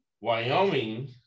Wyoming